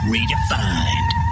Redefined